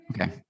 Okay